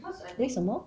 为什么